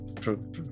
True